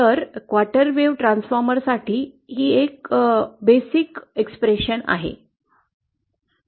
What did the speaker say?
तर quarter wave ट्रान्सफॉर्मरसाठी ही मूलभूत अभिव्यक्ती आहे